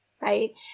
right